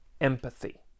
empathy